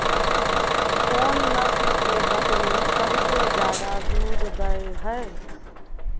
कोन नस्ल के बकरी सबसे ज्यादा दूध दय हय?